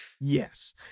yes